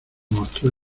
mostró